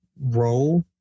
role